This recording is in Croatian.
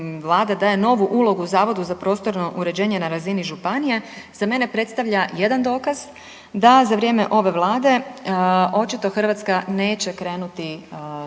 daje novu ulogu Zavodu za prostorno uređenje na razini županije za mene predstavlja jedan dokaz da za vrijeme ove Vlade očito Hrvatska neće krenuti